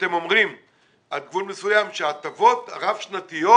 שאתם אומרים עד גבול מסוים שהטבות רב-שנתיות